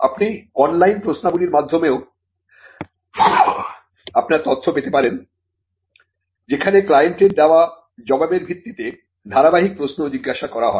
আপনি অনলাইন প্রশ্নাবলীর মাধ্যমেও আপনার তথ্য পেতে পারেন যেখানে ক্লায়েন্টের দেওয়া জবাবের ভিত্তিতে ধারাবাহিক প্রশ্ন জিজ্ঞাসা করা হয়